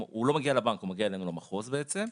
הוא לא מגיע לבנק הוא מגיע אלינו למחוז בעצם,